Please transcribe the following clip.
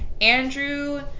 Andrew